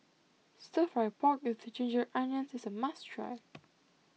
Stir Fry Pork with the Ginger Onions is a must try